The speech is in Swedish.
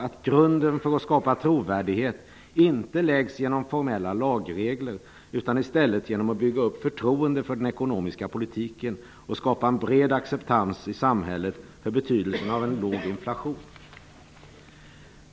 att grunden för att skapa trovärdighet inte läggs genom formella lagregler utan i stället genom att bygga upp förtroende för den ekonomiska politiken och skapa en bred acceptans i samhället för betydelsen av en låg inflation.